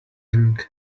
ring